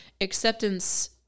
acceptance